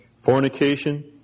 fornication